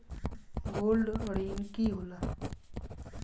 Gold ऋण की होला?